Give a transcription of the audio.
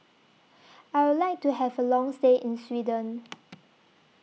I Would like to Have A Long stay in Sweden